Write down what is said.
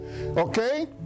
okay